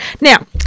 Now